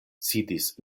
sidis